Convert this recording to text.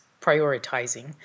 prioritizing